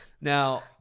Now